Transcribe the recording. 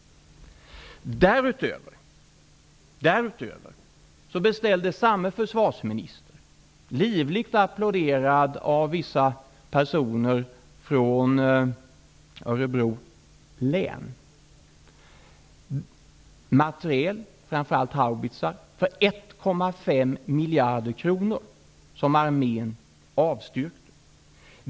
Därutöver beställde samme försvarsminister, livligt applåderad av vissa personer från Örebro län, materiel, framför allt haubitsar, för 1,5 miljarder kronor, som armén avstyrkte.